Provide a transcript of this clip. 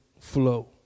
flow